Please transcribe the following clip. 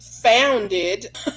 founded